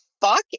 fuck